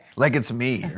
like it's me or